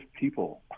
people